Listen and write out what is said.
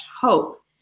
hope